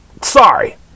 Sorry